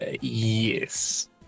yes